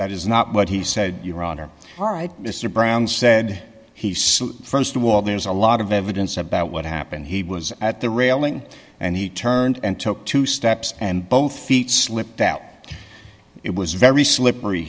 that is not what he said your honor right mr brown said he so st of all there's a lot of evidence about what happened he was at the railing and he turned and took two steps and both feet slipped that it was very slippery